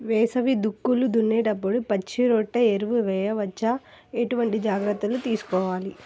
వేసవి దుక్కులు దున్నేప్పుడు పచ్చిరొట్ట ఎరువు వేయవచ్చా? ఎటువంటి జాగ్రత్తలు తీసుకోవాలి?